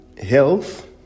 health